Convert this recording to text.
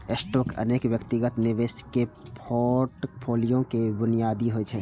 stock अनेक व्यक्तिगत निवेशक के फोर्टफोलियो के बुनियाद होइ छै